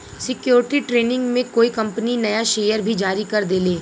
security training में कोई company नया शेयर भी जारी कर देले